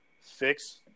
fix –